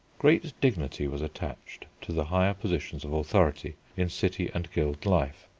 great dignity was attached to the higher positions of authority in city and guild life.